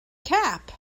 cap